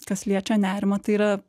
kas liečia nerimą tai yra